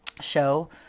show